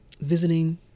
visiting